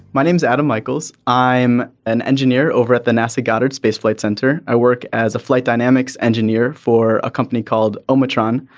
my name's adam michaels. i'm an engineer over at the nasa goddard space flight center. i work as a flight dynamics engineer for a company called um metron.